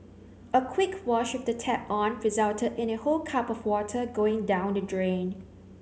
a quick wash with the tap on resulted in a whole cup of water going down the drain